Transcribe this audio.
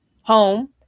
home